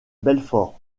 belfort